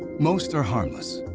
most are harmless,